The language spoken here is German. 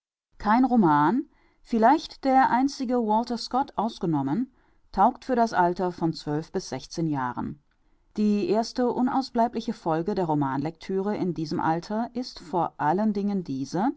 kein roman vielleicht der einzige walter scott ausgenommen taugt für das alter von bis jahren die erste unausbleibliche folge der romanlectüre in diesem alter ist vor allen dingen diese